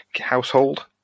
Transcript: Household